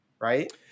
right